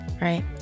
right